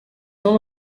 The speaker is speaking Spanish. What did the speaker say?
son